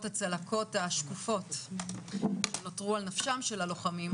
הצלקות השקופות ש נותרו על נפשם של הלוחמים.